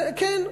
כן.